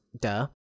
duh